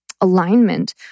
alignment